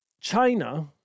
China